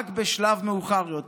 רק בשלב מאוחר יותר,